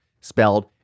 spelled